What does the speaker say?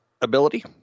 ability